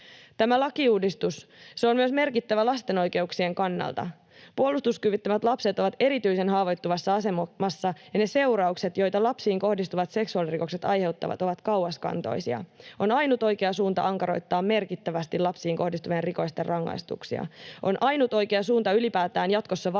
Tämä lakiuudistus on merkittävä myös lasten oikeuksien kannalta. Puolustuskyvyttömät lapset ovat erityisen haavoittuvassa asemassa, ja ne seuraukset, joita lapsiin kohdistuvat seksuaalirikokset aiheuttavat, ovat kauaskantoisia. On ainut oikea suunta ankaroittaa merkittävästi lapsiin kohdistuvien rikosten rangaistuksia. On ainut oikea suunta ylipäätään jatkossa varmistaa,